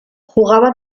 jugaba